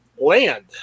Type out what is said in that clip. Land